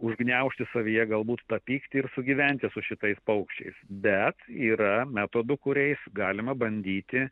užgniaužti savyje galbūt tą pyktį ir sugyventi su šitais paukščiais bet yra metodų kuriais galima bandyti